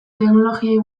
teknologiei